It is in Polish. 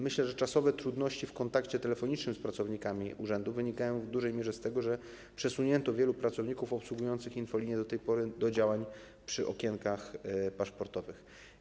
Myślę, że czasowe trudności w kontakcie telefonicznym z pracownikami urzędów wynikają w dużej mierze z tego, że wielu pracowników obsługujących infolinię przesunięto do działań przy okienkach paszportowych.